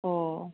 अ